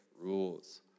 rules